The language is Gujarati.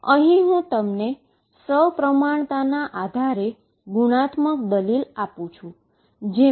અહીં હુ તમને સપ્રમાણતાના આધારે ક્વોલીટેટીવ દલીલ આપું છું